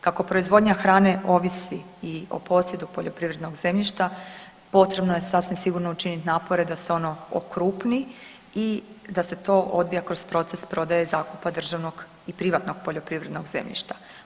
Kako proizvodnja hrane ovisi i o posjedu poljoprivrednog zemljišta potrebno je sasvim sigurno učinit napore da se ono okrupni i da se to odvija kroz proces prodaje zakupa državnog i privatnog poljoprivrednog zemljište.